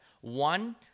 One